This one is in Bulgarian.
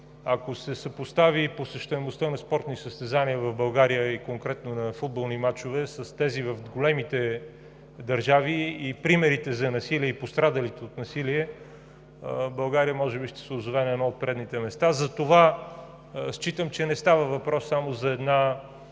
Ако се съпостави посещаемостта на спортни състезания в България и конкретно на футболни мачове с тези в големите държави и примерите за насилие и пострадалите от насилие, България може би ще се озове на едно от предните места. Затова считам, че не става въпрос само за една